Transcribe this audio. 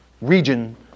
region